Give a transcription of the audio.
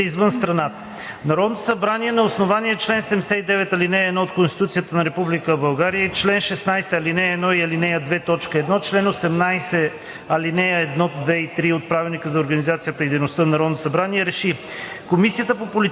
българите извън страната